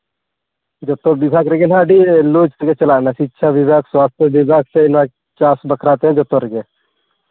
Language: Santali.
ᱡᱚᱛᱚ ᱵᱤᱵᱷᱟᱜᱽ ᱨᱮᱜᱮ ᱦᱟᱸᱜ ᱟᱹᱰᱤ ᱞᱩᱡᱽ ᱛᱮᱜᱮ ᱪᱟᱞᱟᱜ ᱠᱟᱱᱟ ᱥᱤᱪᱪᱷᱟ ᱵᱤᱵᱷᱟᱜᱽ ᱥᱟᱥᱛᱷᱚ ᱵᱤᱵᱷᱟᱜᱽ ᱥᱮ ᱱᱚᱣᱟ ᱪᱟᱥ ᱵᱟᱠᱷᱨᱟᱛᱮ ᱡᱚᱛᱚ ᱨᱮᱜᱮ